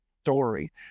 story